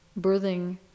birthing